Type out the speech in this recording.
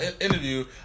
interview